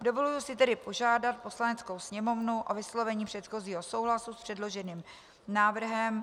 Dovoluji si tedy požádat Poslaneckou sněmovnu o vyslovení předchozího souhlasu s předloženým návrhem.